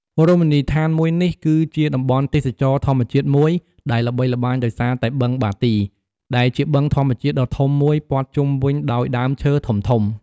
រមណីយដ្ឋានមួយនេះ គឺជាតំបន់ទេសចរណ៍ធម្មជាតិមួយដែលល្បីល្បាញដោយសារតែបឹងបាទី ដែលជាបឹងធម្មជាតិដ៏ធំមួយព័ទ្ធជុំវិញដោយដើមឈើធំៗ។